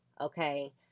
okay